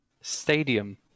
Stadium